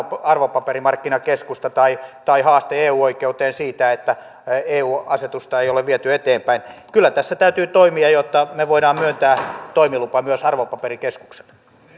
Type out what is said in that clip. arvopaperimarkkinakeskusta tai tai haaste eu oikeuteen siitä että eu asetusta ei ole viety eteenpäin kyllä tässä täytyy toimia jotta me voimme myös myöntää toimiluvan arvopaperikeskukselle